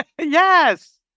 yes